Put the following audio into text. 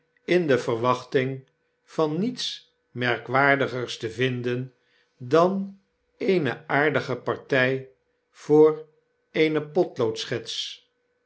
in de verwachting van niets merkwaardigers te vinden dan eene aardige partjj or eenepotloodschets